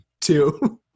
two